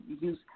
use